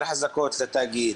יותר חזקות לתאגיד,